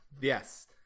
Yes